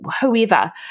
whoever